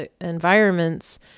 environments